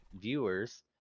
viewers